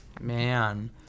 Man